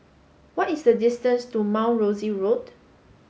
what is the distance to Mount Rosie Road